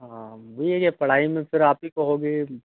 हाँ भैया यह पढ़ाई में फिर आप ही कहोगे